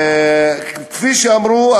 כפי שאמרו,